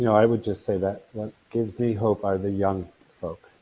you know i would just say that what gives me hope are the young folk.